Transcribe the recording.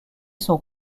sont